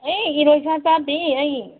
ꯑꯩ ꯏꯔꯣꯏ ꯁꯥ ꯆꯥꯗꯦ ꯑꯩ